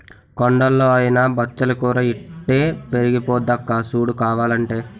కొండల్లో అయినా బచ్చలి కూర ఇట్టే పెరిగిపోద్దక్కా సూడు కావాలంటే